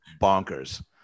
bonkers